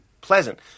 pleasant